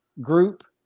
group